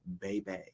baby